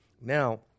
Now